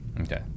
Okay